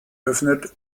öffnet